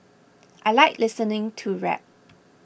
I like listening to rap